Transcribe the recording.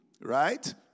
right